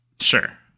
Sure